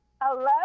Hello